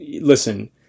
listen